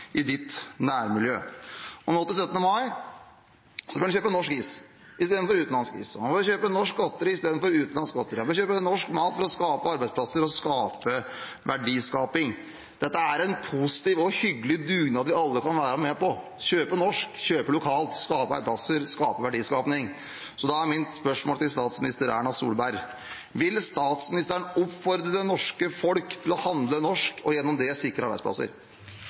i ditt nærmiljø. Og på 17. mai kan du kjøpe norsk is i stedet for utenlandsk is, kjøpe norsk godteri i stedet for utenlandsk godteri, kjøpe norsk mat – for å skape arbeidsplasser og skape verdiskaping. Dette er en positiv og hyggelig dugnad vi alle kan være med på: å kjøpe norsk, kjøpe lokalt, skape arbeidsplasser, skape verdiskaping. Da er mitt spørsmål til statsminister Erna Solberg: Vil statsministeren oppfordre det norske folk til å handle norsk og gjennom det sikre arbeidsplasser?